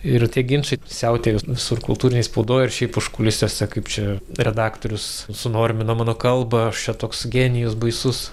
ir tie ginčai siautėja visur kultūrinėj spaudoj ar šiaip užkulisiuose kaip čia redaktorius sunormino mano kalbą aš čia toks genijus baisus